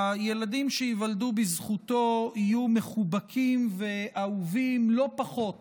הילדים שייוולדו בזכותו יהיו מחובקים ואהובים לא פחות